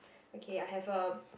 okay I have a